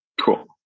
Cool